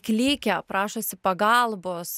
klykia prašosi pagalbos